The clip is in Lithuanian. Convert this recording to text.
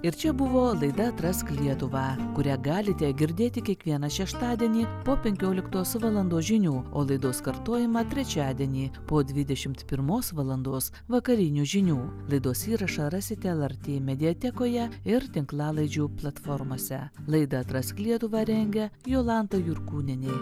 ir čia buvo laida atrask lietuvą kurią galite girdėti kiekvieną šeštadienį po penkioliktos valandos žinių o laidos kartojimą trečiadienį po dvidešimt pirmos valandos vakarinių žinių laidos įrašą rasite lrt mediatekoje ir tinklalaidžių platformose laidą atrask lietuvą rengia jolanta jurkūnienė